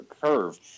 curve